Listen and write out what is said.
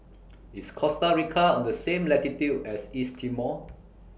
IS Costa Rica on The same latitude as East Timor